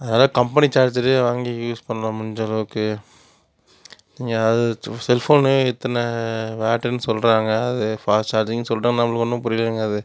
அதனால கம்பெனி சார்ஜரையே வாங்கி யூஸ் பண்ணலாம் முடிஞ்ச அளவுக்கு நீங்கள் அது செல்ஃபோன் இத்தனை வாட்டுனு சொல்கிறாங்க அது ஃபாஸ்ட் சார்ஜிங்குனு சொல்கிறோம் நம்பளுக்கு ஒன்றும் புரியலைங்க அது